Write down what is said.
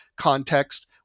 context